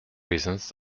reasons